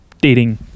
dating